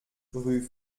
rue